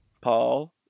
Paul